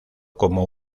como